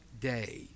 day